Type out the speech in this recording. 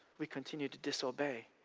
we continue to disobey,